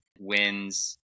wins